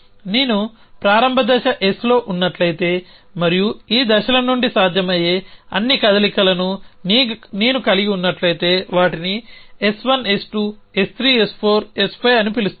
నేను ప్రారంభ దశ Sలో ఉన్నట్లయితే మరియు ఈ దశల నుండి సాధ్యమయ్యే అన్ని కదలికలను నేను కలిగి ఉన్నట్లయితే వాటిని S1 S2 S3 S4 S5 అని పిలుస్తాను